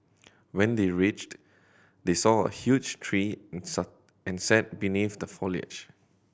when they reached they saw a huge tree and set and sat beneath the foliage